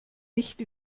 nicht